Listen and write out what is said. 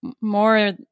more